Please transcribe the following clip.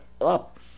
up